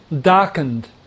darkened